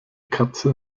katze